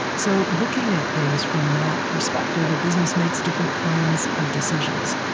so looking at things from that perspective, a business makes different kinds of decisions.